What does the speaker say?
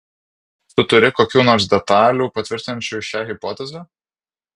tu turi kokių nors detalių patvirtinančių šią hipotezę